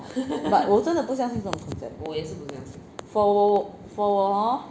but 我真的不相信这种 concept for 我 for 我 hor